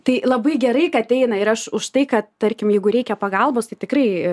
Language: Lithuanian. tai labai gerai kad eina ir aš užtai kad tarkim jeigu reikia pagalbos tai tikrai